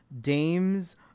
Dames